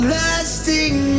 lasting